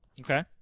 Okay